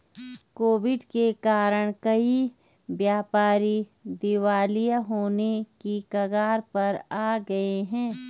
Covid के कारण कई व्यापारी दिवालिया होने की कगार पर आ गए हैं